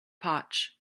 potch